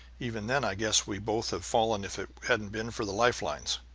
even then i guess we'd both have fallen if it hadn't been for the life-lines.